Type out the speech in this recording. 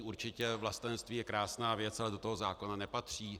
Určitě vlastenectví je krásná věc, ale do toho zákona nepatří.